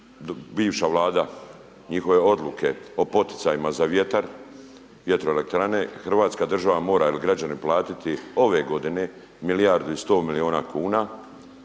bivša vlada, njihove odluke o poticajima za vjetar, vjetroelektrane Hrvatska država mora ili građani platiti ove godine milijardu i 100 milijuna kuna,